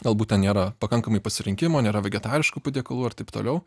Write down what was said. galbūt ten nėra pakankamai pasirinkimo nėra vegetariškų patiekalų ir taip toliau